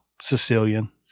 Sicilian